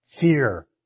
Fear